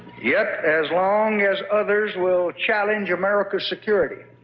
yet as long as others will challenge america's security,